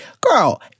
Girl